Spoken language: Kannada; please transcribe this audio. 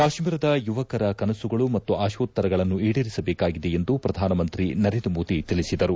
ಕಾಶ್ಮೀರದ ಯುವಕರ ಕನಸುಗಳು ಮತ್ತು ಆಶೋತ್ತರಗಳನ್ನು ಈಡೇರಿಸಬೇಕಾಗಿದೆ ಎಂದು ಪ್ರಧಾನಮಂತ್ರಿ ನರೇಂದ್ರ ಮೋದಿ ತಿಳಿಸಿದರು